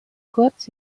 kurz